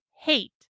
hate